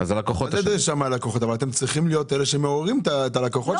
אין דרישה מהלקוחות אבל אתם צריכים להיות אלה שמעוררים את הלקוחות.